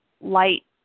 light